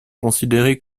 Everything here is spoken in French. considérés